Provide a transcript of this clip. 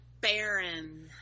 Baron